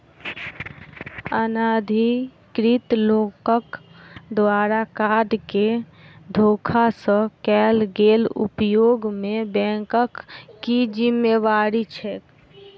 अनाधिकृत लोकक द्वारा कार्ड केँ धोखा सँ कैल गेल उपयोग मे बैंकक की जिम्मेवारी छैक?